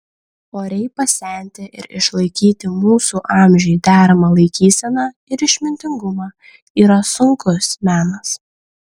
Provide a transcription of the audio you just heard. oriai pasenti ir išlaikyti mūsų amžiui deramą laikyseną ir išmintingumą yra sunkus menas